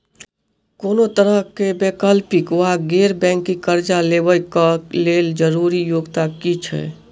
कोनो तरह कऽ वैकल्पिक वा गैर बैंकिंग कर्जा लेबऽ कऽ लेल जरूरी योग्यता की छई?